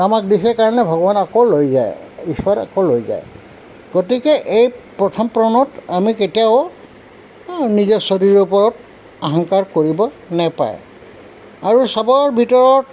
আমাক বিশেষ কাৰণে ভগৱান আকৌ লৈ যায় ঈশ্বৰে আকৌ লৈ যায় গতিকে এই প্ৰথম প্ৰণত আমি কেতিয়াও নিজৰ শৰীৰৰ ওপৰত অহংকাৰ কৰিব নাপায় আৰু চবৰ ভিতৰত